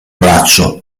braccio